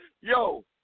Yo